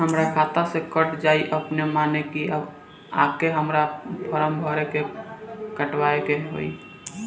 हमरा खाता से कट जायी अपने माने की आके हमरा फारम भर के कटवाए के होई?